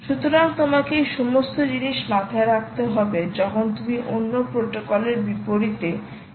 সুতরাং তোমাকে এই সমস্ত জিনিস মাথায় রাখতে হবে যখন তুমি অন্য প্রটোকলের বিপরীতে MQTT বেছে নেবে